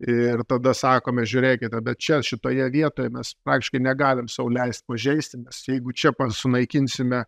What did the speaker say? ir tada sakome žiūrėkite bet čia šitoje vietoje mes praktiškai negalim sau leist pažeisti nes jeigu čia pat sunaikinsime